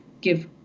give